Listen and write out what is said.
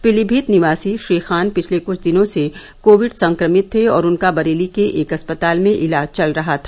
पीलीमीत निवासी श्री खान पिछले कुछ दिनों से कोविड संक्रमित थे और उनका बरेली के एक अस्पताल में इलाज चल रहा था